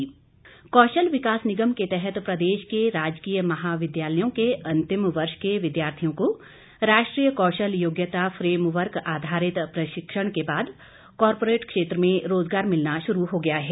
कौशल विकास कौशल विकास निगम के तहत प्रदेश के राजकीय महाविद्यालयों के अंतिम वर्ष के विद्यार्थियों को राष्ट्रीय कौशल योग्यता फ्रेम वर्क आधारित प्रशिक्षण के बाद कॉर्पोरेट क्षेत्र में रोजगार मिलना शुरू हो गया है